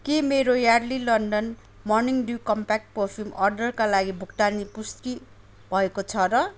के मेरो Yardley London morning dew compact perfume अर्डरका लागि भुक्तानी पुष्टि भएको छ र